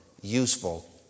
useful